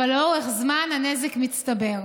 אבל לאורך זמן הנזק מצטבר.